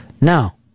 Now